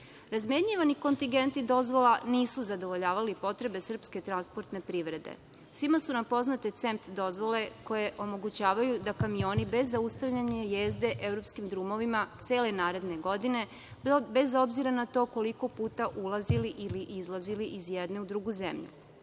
dozvola. Razmenjivani kontingenti dozvola nisu zadovoljavali potrebe srpske transportne privrede. Svima su nam poznate „cent dozvole“ koje omogućavaju da kamioni bez zaustavljanja jezde evropskim drumovima cele naredne godine, bez obzira na to koliko puta ulazili ili izlazili iz jedne u drugu zemlju. Ovde